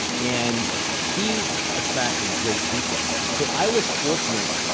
and he attracted great people. so i was fortunate.